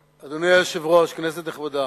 היושב-ראש, כנסת נכבדה,